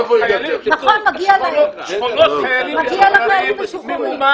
נכון, מגיע לחיילים משוחררים.